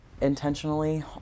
intentionally